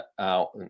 out